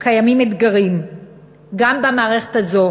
קיימים אתגרים גם במערכת הזו,